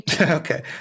Okay